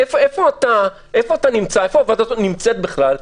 איפה הוועדה הזאת נמצאת בכלל,